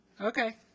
Okay